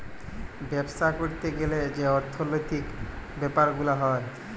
বাপ্সা ক্যরতে গ্যালে যে অর্থলৈতিক ব্যাপার গুলা হ্যয়